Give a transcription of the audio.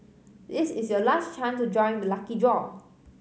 this is your last chance to join the lucky draw